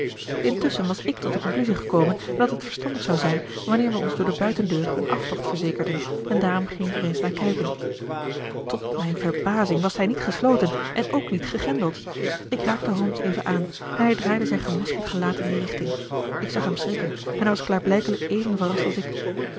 intusschen was ik tot de conclusie gekomen dat het verstandig zou zijn wanneer wij ons door de buitendeur een aftocht verzekerden en daarom ging ik er eens naar kijken tot mijn verbazing was zij niet gesloten en ook niet gegrendeld ik raakte holmes even aan en hij draaide zijn gemaskerd gelaat in die richting ik zag hem schrikken en hij was klaarblijkelijk even verrast als ik